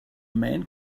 man